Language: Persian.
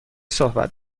صحبت